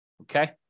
Okay